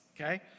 okay